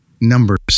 numbers